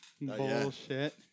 Bullshit